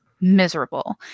miserable